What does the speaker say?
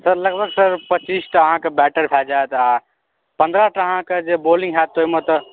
sir लगभग sir पच्चीसटा अहाँकेँ सर बैटर भऽ जायत आ पन्द्रहटा अहाँकेँ जे बॉलिंग होयत ओहिमे तऽ